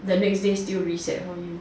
the next day still reset for you